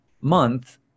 month